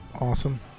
Awesome